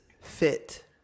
fit